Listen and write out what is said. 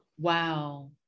Wow